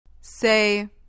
Say